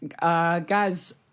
Guys